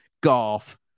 golf